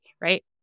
right